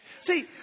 See